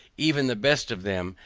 even the best of them,